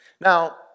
now